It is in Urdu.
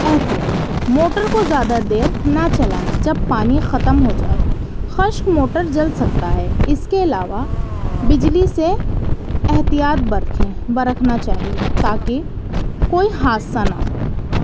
احتیاط موٹر کو زیادہ دیر نہ چلائیں جب پانی ختم ہو جائے خشک موٹر جل سکتا ہے اس کے علاوہ بجلی سے احتیاط برتیں برتنا چاہیے تاکہ کوئی حادثہ نہ ہو